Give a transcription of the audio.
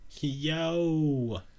Yo